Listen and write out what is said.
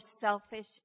selfish